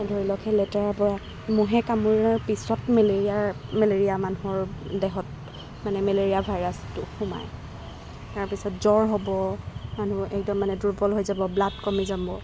ধৰি লওঁক সেই লেতেৰা পৰা ম'হে কামুৰাৰ পিছত মেলেৰীয়াৰ মেলেৰীয়া মানুহৰ দেহত মানে মেলেৰীয়া ভাইৰাছটো সোমায় তাৰপিছত জ্বৰ হ'ব মানুহ একদম মানে দুৰ্বল হৈ যাব ব্লাড কমি যাব